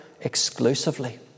exclusively